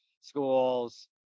schools